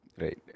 right